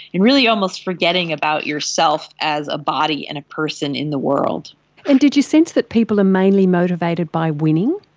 you're really almost forgetting about yourself as a body and a person in the world. and did you sense that people are many motivated by winning?